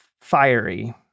fiery